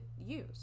use